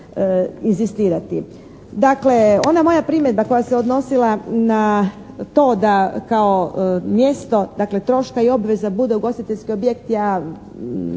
Dakle, ona moja primjedba koja se odnosila na to da kao mjesto, dakle troška i obveza bude ugostiteljski objekt ja